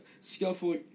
skillful